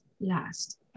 last